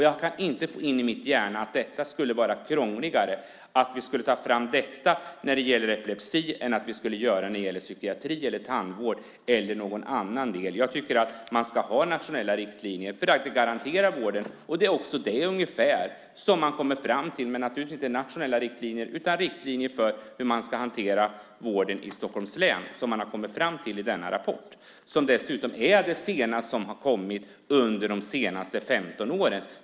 Jag kan inte få in i min hjärna att det skulle vara krångligare att ta fram riktlinjer när det gäller epilepsi än när det gäller psykiatri, tandvård eller något annat. Jag tycker att man ska ha nationella riktlinjer för att garantera vården. I en rapport har man kommit fram till riktlinjer för hur man ska hantera vården i Stockholms län. Den är dessutom det senaste som har kommit under de senaste 15 åren.